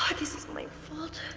like this is my fault.